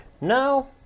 No